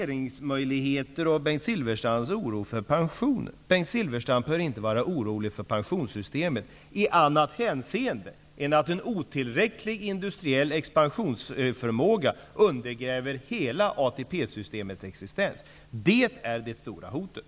Bengt Silfverstrand behöver inte vara orolig för pensionssystemet annat än i det avseendet att en otillräcklig industriell expansionsförmåga undergräver hela ATP systemets existens, för det är det stora hotet!